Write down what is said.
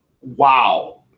Wow